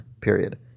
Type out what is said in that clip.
Period